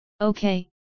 Okay